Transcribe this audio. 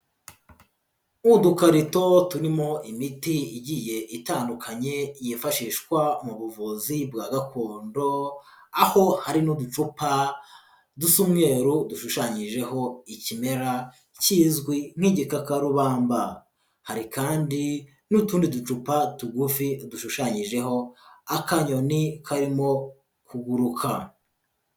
Udukarito turimo imiti igiye itandukanye yifashishwa mu buvuzi bwa gakondo, aho hari n'uducupa dusa umweru, dushushanyijeho ikimera kizwi nk'igikakarubamba, hari kandi n'utundi ducupa tugufi dushushanyijeho akanyoni karimo kuguruka.